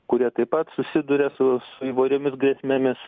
kurie taip pat susiduria su įvairiomis grėsmėmis